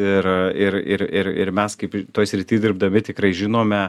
ir ir ir ir ir mes kaip toj srity dirbdami tikrai žinome